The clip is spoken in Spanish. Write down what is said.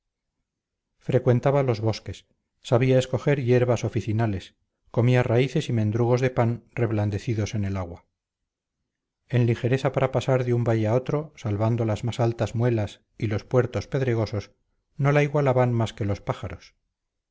frecuentaba los bosques sabía escoger hierbas oficinales comía raíces y mendrugos de pan reblandecidos en el agua en ligereza para pasar de un valle a otro salvando las más altas muelas y los puertos pedregosos no la igualaban más que los pájaros